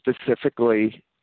specifically